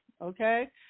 okay